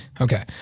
Okay